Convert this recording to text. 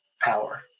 power